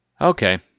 Okay